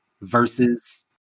versus